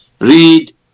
Read